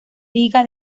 liga